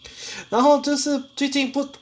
然后就是最近不